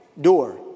door